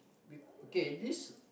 okay this